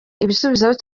ibisubizo